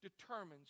determines